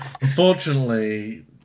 unfortunately